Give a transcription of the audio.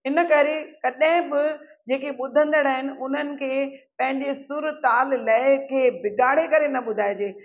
इनकरे कॾहिं बि जेके ॿुधंदड़ आहिनि उन्हनि खे पंहिंजे सुर ताल लइ खे बिगाड़े करे न ॿुधाइजे